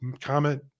comment